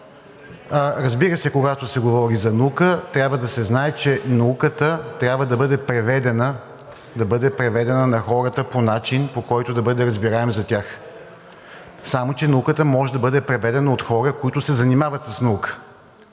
Разбира се, когато се говори за наука, трябва да се знае, че науката трябва да бъде преведена на хората по начин, който да бъде разбираем за тях. Само че науката може да бъде преведена от хора, които се занимават с наука.